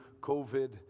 COVID